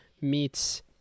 meets